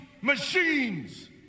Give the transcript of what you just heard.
machines